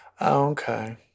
Okay